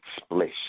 splish